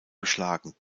beschlagen